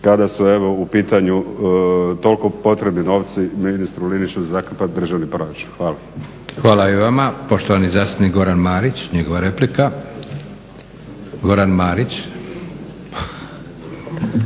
kada su evo u pitanju toliko potrebni novci ministru Liniću za zakrpati državni proračun. Hvala. **Leko, Josip (SDP)** Hvala i vama. Poštovani zastupnik Goran Marić, njegova replika. **Marić,